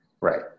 right